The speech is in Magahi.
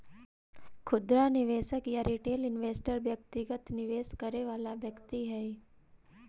खुदरा निवेशक या रिटेल इन्वेस्टर व्यक्तिगत निवेश करे वाला व्यक्ति हइ